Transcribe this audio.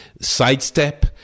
sidestep